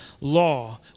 law